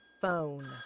phone